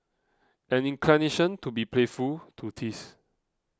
an inclination to be playful to tease